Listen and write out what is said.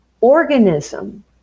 organism